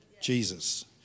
Jesus